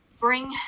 bring